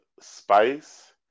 spice